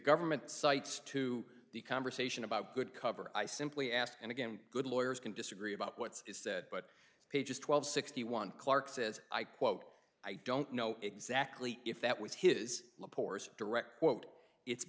government cites to the conversation about good cover i simply asked and again good lawyers can disagree about what's said but pages twelve sixty one clarke says i quote i don't know exactly if that was his horse direct quote it's